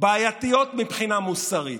בעייתיות מבחינה מוסרית,